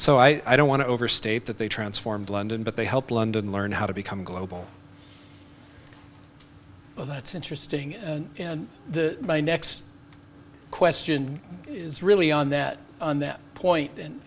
so i don't want to overstate that they transformed london but they help london learn how to become global that's interesting and my next question is really on that on that point